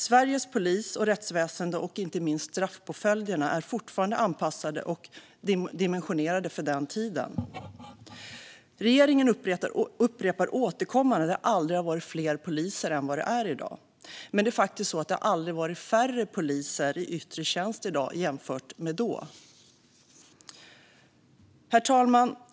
Sveriges polis, rättsväsen och inte minst straffpåföljderna är fortfarande anpassade och dimensionerade för den tiden. Regeringen upprepar återkommande att det aldrig har varit fler poliser än vad det är i dag. Men jämfört med då har det faktiskt aldrig varit färre poliser i yttre tjänst än i dag. Herr talman!